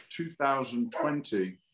2020